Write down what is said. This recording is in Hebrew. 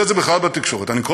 אני רוצה את זה בכלל בתקשורת.